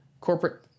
corporate